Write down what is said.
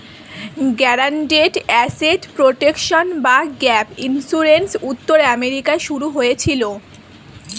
guaranteed asset protection বা GAP insurance উত্তর আমেরিকায় শুরু হয়েছিল